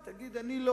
והיא תגיד: אני?